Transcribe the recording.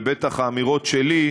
ובטח האמירות שלי,